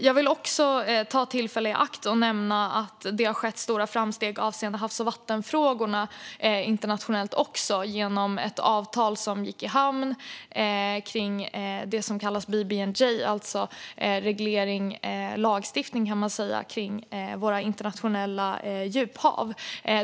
Jag vill ta tillfället i akt att nämna att det har skett stora framsteg avseende havs och vattenfrågorna också internationellt genom ett avtal som gick i hamn kring det som kallas BBNJ, alltså reglering - lagstiftning, kan man säga - om internationella djuphav.